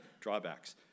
drawbacks